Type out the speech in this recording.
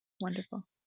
Wonderful